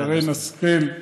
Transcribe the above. שרן השכל.